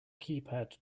keypad